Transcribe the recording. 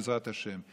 בעזרת השם.